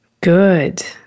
Good